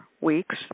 weeks